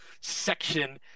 section